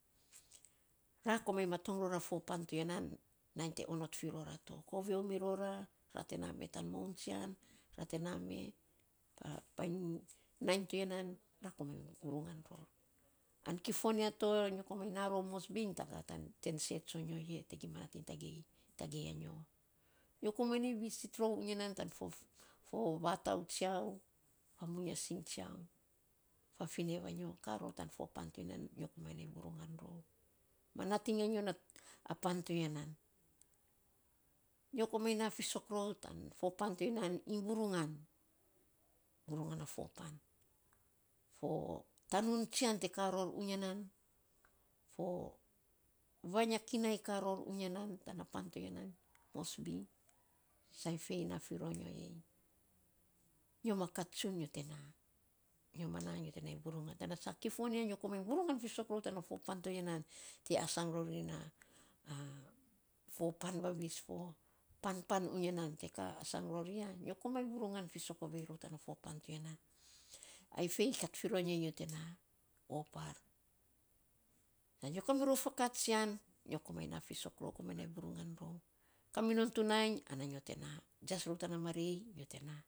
Ra komainy matong ror a fo pan to ya nan nainy te onot fi rora to. Koviou mi rora ra te na me tan moun tsian, ra te na me, nainy to ya nan ra komainy vurungan ror. An kifon ya to nyo kpomainy na rou moresby iny taga ten sei tsonyo e te gima nating tagei a nyo. Nyo komainy nai visit rou unya nan tan fo vatou tsiau fa mungia sing tsiau, fa fine va nyo ka ror tan fo pan to ya nan, nyo komainy nainy vurunga rou ma nating anyo na pain ti ya nan nyo komainy na fisok rou tan fo pan to ya nan iny vurungan, vurungan a fo pan. Fo tanun tsian te ka ror unya nan, fo vamy a kinau karor unya nan, tana ppan to ya nan, moresby, sai fei na fi ro nyo e. Nyo ma kat tsun nyo te na. Nyo ma na nyo te nainy vurungan tana sa kifon ya nyo komainy vurungan fisok rou tana fo pan to ya nan te asang rori na fo pan vavis fo pan unya nan te asang rori ya, nyo komainy ovei rou tan fo pan to ya nan. Ai fei, kat fi ro nyo a nyo te na opar, nyo ka mirou fakats tsian, nyo komainy na fisok rou, komainy nainy vurungan rou. Ka mi non tu nainy ana nyo te na jias rou tana marei nyo te na.